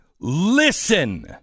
Listen